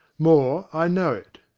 more, i know it.